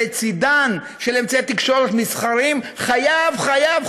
הוא שלצד אמצעי תקשורת מסחריים חייבים,